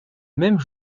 même